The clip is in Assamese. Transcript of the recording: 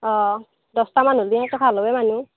অ' দহটামান হ'লে ভাল হয় মানুহ